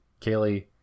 Kaylee